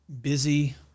busy